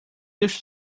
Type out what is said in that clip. lixo